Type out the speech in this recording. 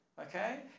Okay